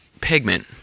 pigment